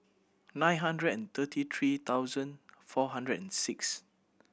nine hundred and thirty three thousand four hundred and six